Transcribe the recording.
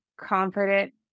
confident